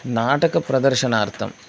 नाटकप्रदर्शनार्थम्